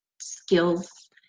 skills